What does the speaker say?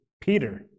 Peter